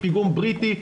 פיגום בריטי,